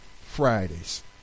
fridays